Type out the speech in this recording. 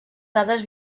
dades